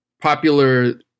popular